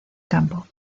campo